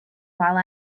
while